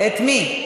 את מי?